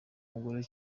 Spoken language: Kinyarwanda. mugore